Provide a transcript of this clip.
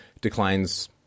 declines